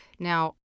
Now